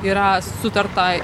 yra sutarta